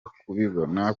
kubibona